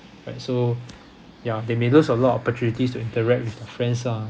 right so ya they may lose a lot opportunities to interact with their friends ah